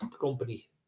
company